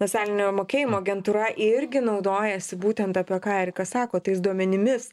nacionalinė mokėjimo agentūra irgi naudojasi būtent apie ką erikas sako tais duomenimis